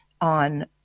on